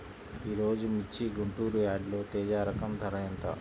ఈరోజు మిర్చి గుంటూరు యార్డులో తేజ రకం ధర ఎంత?